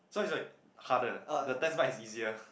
sorry sorry harder the test bike is easier